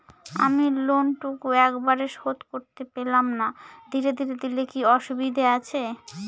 আমি লোনটুকু একবারে শোধ করতে পেলাম না ধীরে ধীরে দিলে কি অসুবিধে আছে?